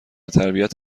تربیت